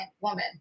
woman